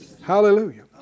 Hallelujah